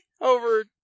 over